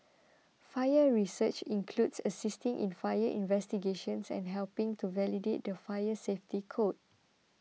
fire research includes assisting in fire investigations and helping to validate the fire safety code